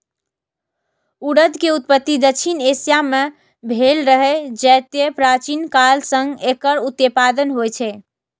उड़द के उत्पत्ति दक्षिण एशिया मे भेल रहै, जतय प्राचीन काल सं एकर उत्पादन होइ छै